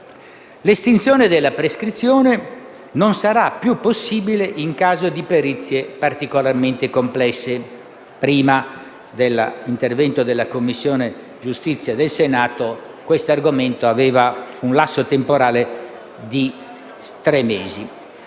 L'estinzione della prescrizione non sarà più possibile in caso di perizie particolarmente complesse (prima dell'intervento della Commissione giustizia del Senato quest'argomento aveva un lasso temporale di tre mesi)